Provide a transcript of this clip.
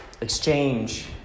exchange